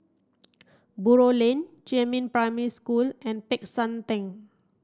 Buroh Lane Jiemin Primary School and Peck San Theng